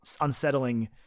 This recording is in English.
unsettling